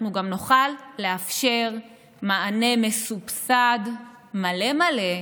אנחנו גם נוכל לאפשר מענה מסובסד מלא מלא,